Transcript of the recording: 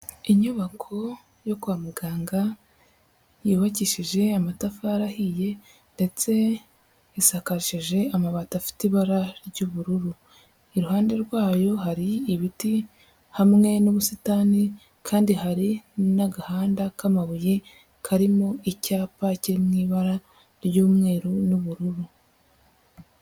Inyubako yo kwa muganga yubakishije amatafari ahiye ndetse isakarishije amabati afite ibara ry'ubururu, iruhande rwayo hari ibiti hamwe n'ubusitani kandi hari n'agahanda k'amabuye karimo icyapa kiri mu ibara ry'umweru n'ubururu.